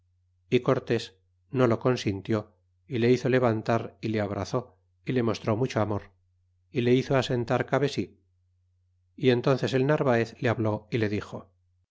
y cortés no o consintió y le hizo levantar y le abrazó y le mostró mucho amor y le hizo asentar cabe si y entónces el narvaez le habló y le dixo